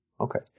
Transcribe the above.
Okay